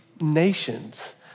nations